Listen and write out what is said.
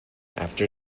after